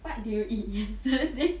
what did you eat yesterday